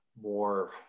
more